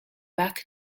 back